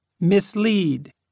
mislead